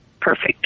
perfect